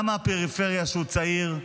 גם מהפריפריה, שהוא צעיר,